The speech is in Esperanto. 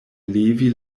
levi